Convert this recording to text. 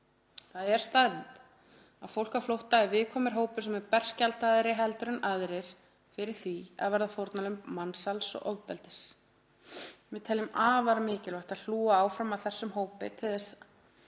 Það er staðreynd að fólk á flótta er viðkvæmur hópur sem er berskjaldaðri en aðrir fyrir því að verða fórnarlömb mansals og ofbeldis. Við teljum afar mikilvægt að hlúa áfram að þessum hópi til þess